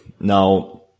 now